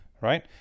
right